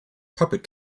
puppet